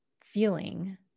feeling